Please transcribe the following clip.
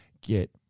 get